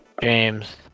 James